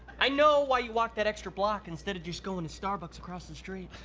i know why you walk that extra block, instead of just going to starbucks across the street.